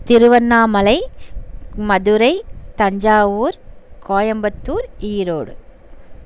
Tiruvannamalai Madurai Thanjavur Coimbatore Erode